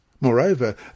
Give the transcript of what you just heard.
Moreover